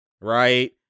right